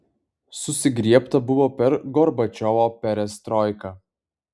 susigriebta buvo per gorbačiovo perestroiką